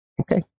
Okay